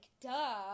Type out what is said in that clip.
duh